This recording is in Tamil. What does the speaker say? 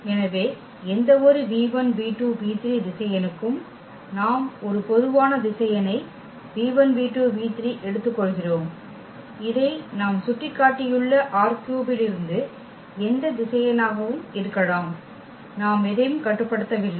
எனவே எந்தவொரு திசையனுக்கும் நாம் ஒரு பொதுவான திசையனைஎடுத்துக்கொள்கிறோம் இதை நாம் சுட்டிக்காட்டியுள்ள ℝ3 இலிருந்து எந்த திசையனாகவும் இருக்கலாம் நாம் எதையும் கட்டுப்படுத்தவில்லை